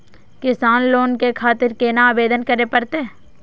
किसान लोन के खातिर केना आवेदन करें परतें?